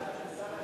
בעד ילדים),